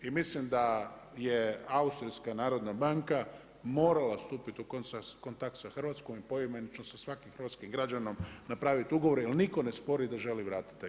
I mislim da je Austrijska narodna banka morala stupiti u kontakt sa Hrvatskom i poimenično sa svakim hrvatskim građaninom napraviti ugovor, jer nitko ne spori da želi vratiti taj kredit.